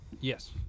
Yes